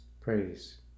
Praise